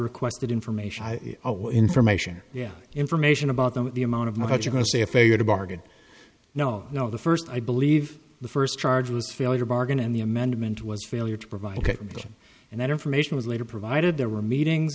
requested information information yeah information about them the amount of know that you're going to see a failure to bargain no no the first i believe the first charge was failure bargain and the amendment was failure to provide them and that information was later provided there were meeting